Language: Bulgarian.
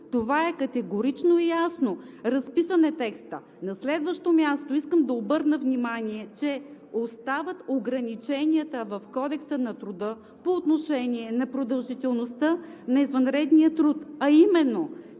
Това е категорично ясно! Разписан е текстът. На следващо място, искам да обърна внимание, че остават ограниченията в Кодекса на труда по отношение на продължителността на извънредния труд, а именно